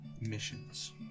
missions